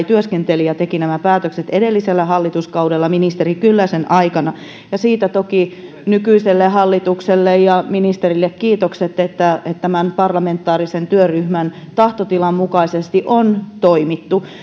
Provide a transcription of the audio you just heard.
työskenteli ja teki nämä päätökset jo edellisellä hallituskaudella ministeri kyllösen aikana ja siitä toki nykyiselle hallitukselle ja ministerille kiitokset että tämän parlamentaarisen työryhmän tahtotilan mukaisesti on toimittu